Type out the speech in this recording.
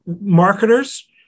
marketers